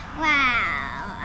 wow